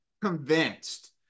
convinced